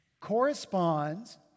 corresponds